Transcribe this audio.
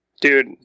Dude